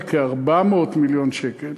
היא כ-400 מיליון שקל.